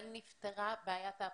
האם נפתרה בעיית האפוסטיל,